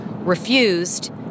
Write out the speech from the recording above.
refused